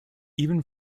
even